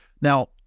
Now